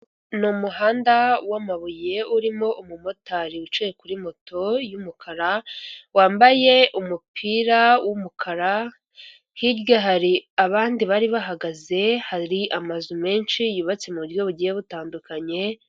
Ni umuhanda w'amabuye urimo umumotari wicaye kuri moto y'umukara wambaye umupira w'umukara hirya hari abandi bari bahagaze hari, amazu menshi yubatse muburyo bugiye butandukanye.